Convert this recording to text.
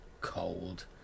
Cold